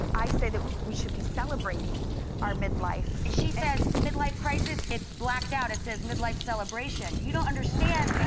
i say that we should be celebrating our midlife. she says midlife crisis, it's blacked out it says midlife celebration. you don't understand